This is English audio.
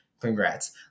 congrats